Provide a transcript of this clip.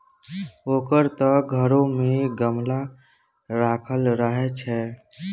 ओकर त घरो मे गमला राखल रहय छै